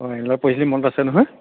অঁ য'ত পঢ়িছিলি মনত আছে নহয়